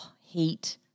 heat